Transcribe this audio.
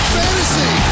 fantasy